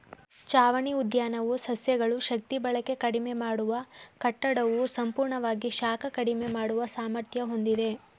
ಛಾವಣಿ ಉದ್ಯಾನವು ಸಸ್ಯಗಳು ಶಕ್ತಿಬಳಕೆ ಕಡಿಮೆ ಮಾಡುವ ಕಟ್ಟಡವು ಸಂಪೂರ್ಣವಾಗಿ ಶಾಖ ಕಡಿಮೆ ಮಾಡುವ ಸಾಮರ್ಥ್ಯ ಹೊಂದಿವೆ